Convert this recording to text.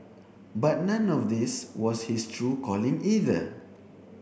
but none of this was his true calling either